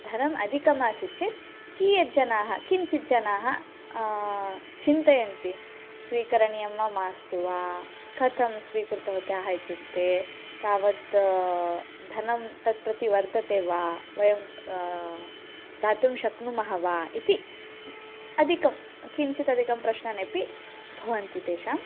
धनम् अधिकमासीत् चेत् कीयज्जनाः किञ्चिज्जनाः चिन्तयन्ति स्वीकरणीयं वा मास्तु वा कथं स्वीकृतवत्याः इत्युक्ते तावद्धनं तत् प्रति वर्दते वा वयं दातुं शक्नुमः वा इति अधिकं किञ्चित् अधिकं प्रश्नान्यपि भवन्ति तेषाम्